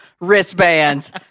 wristbands